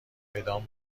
بدان